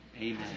amen